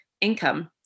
income